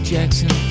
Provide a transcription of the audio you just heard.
Jackson